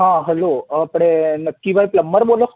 હા હલો આપણે નક્કીભાઇ પ્લમ્બર બોલો